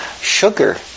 sugar